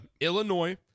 Illinois